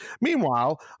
Meanwhile